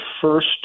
first